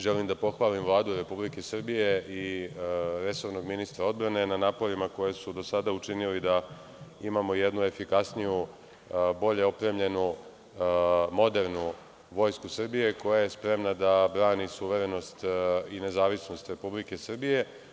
Želim da pohvalim Vladu Republike Srbije i resornog ministra odbrane na naporima koji su do sada učinili da imamo jednu efikasniju, bolje otpremljenu, modernu Vojsku Srbije, koja je spremna da brani suverenost i nezavisnost Republike Srbije.